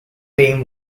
name